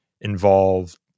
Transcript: involved